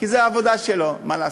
כי זו העבודה שלו, מה לעשות.